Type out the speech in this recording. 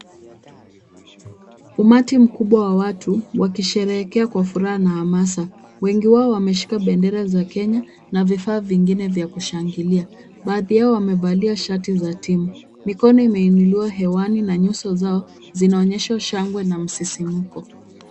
Umati mkubwa wa watu wakisherehekea kwa furaha na hamasa. Wengi wao wameshika bendera za Kenya na vifaa vingine vya kushangilia. Baadhi yao wamevalia shati za timu. Mikono imeinuliwa hewani na nyuso zao zinaonyesha shangwe na msisimko.